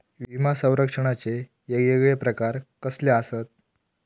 विमा सौरक्षणाचे येगयेगळे प्रकार कसले आसत?